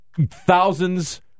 thousands